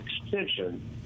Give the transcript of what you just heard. extension